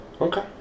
Okay